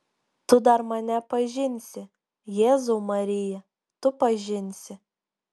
tu dar mane pažinsi jėzau marija tu pažinsi